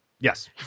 Yes